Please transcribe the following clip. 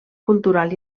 cultural